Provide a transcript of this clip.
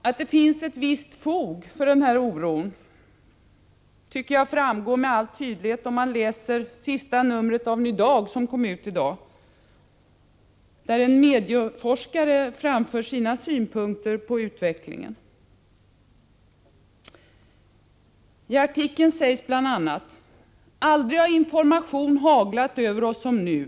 Att det finns ett visst fog för den här oron tycker jag framgår med all tydlighet när man läser det nummer av Ny Dag som kom ut i dag, där en medieforskare och sociolog som heter Jan Ekekrantz framför sina synpunkter på utvecklingen. Där sägs bl.a.: Aldrig har information haglat över oss som nu.